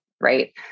Right